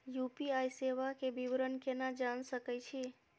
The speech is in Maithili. यू.पी.आई सेवा के विवरण केना जान सके छी?